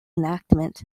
enactment